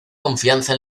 confianza